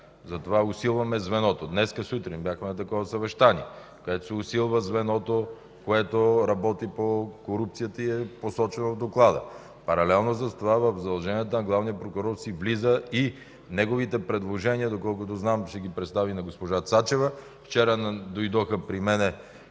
затова усилваме звеното. Днес сутринта бяхме на такова съвещание, където се усилва звеното, което работи по корупцията и е посочено в Доклада. Паралелно с това в задълженията на главния прокурор си влиза това и неговите предложения, доколкото знам, ще ги представи на госпожа Цачева. Вчера дойдоха при мен